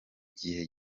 gihe